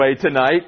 tonight